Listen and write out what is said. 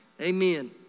Amen